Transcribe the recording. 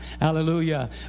Hallelujah